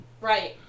Right